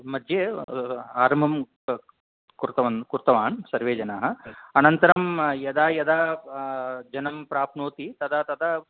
मध्ये आरम्भं कृतवान् कृतवान् सर्वे जनाः अनन्तरं यदा यदा जनं प्राप्नोति तदा तदा